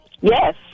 Yes